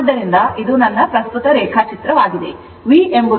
ಆದ್ದರಿಂದ ಇದು ನನ್ನ ಪ್ರಸ್ತುತ ರೇಖಾಚಿತ್ರವಾಗಿದೆ